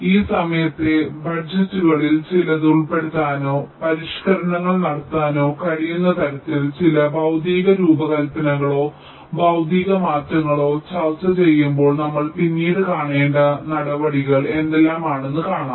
ഈ സമയത്തെ ബജറ്റുകളിൽ ചിലത് ഉൾപ്പെടുത്താനോ പരിഷ്ക്കരണങ്ങൾ നടത്താനോ കഴിയുന്ന തരത്തിൽ ചില ഭൌതിക രൂപകൽപനകളോ ഭൌതിക മാറ്റങ്ങളോ ചർച്ച ചെയ്യുമ്പോൾ നമ്മൾ പിന്നീട് കാണേണ്ട നടപടികൾ എന്തെല്ലാമാണെന്ന് കാണാം